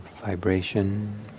vibration